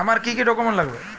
আমার কি কি ডকুমেন্ট লাগবে?